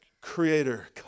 creator